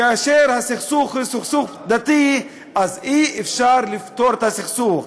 כאשר הסכסוך הוא סכסוך דתי אז אי-אפשר לפתור את הסכסוך,